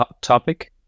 topic